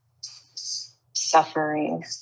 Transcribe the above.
suffering